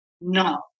No